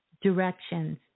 directions